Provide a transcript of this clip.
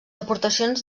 aportacions